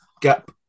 gap